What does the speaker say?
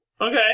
Okay